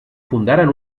fundaren